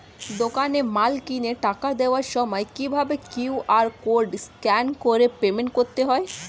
দোকানে মাল কিনে টাকা দেওয়ার সময় কিভাবে কিউ.আর কোড স্ক্যান করে পেমেন্ট করতে হয়?